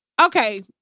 Okay